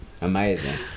amazing